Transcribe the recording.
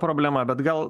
problema bet gal